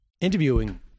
interviewing